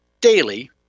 daily